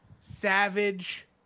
Savage